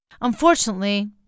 Unfortunately